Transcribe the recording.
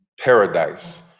paradise